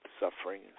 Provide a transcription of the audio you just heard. suffering